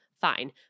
Fine